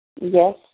Yes